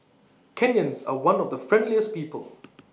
Kenyans are one of the friendliest people